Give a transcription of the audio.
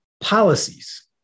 policies